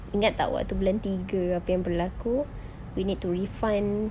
ingat tak waktu bulan tiga apa yang berlaku we need to refund